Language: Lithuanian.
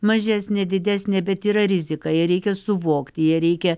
mažesnė didesnė bet yra rizika ją reikia suvokti ją reikia